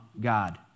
God